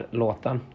låten